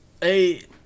Hey